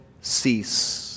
cease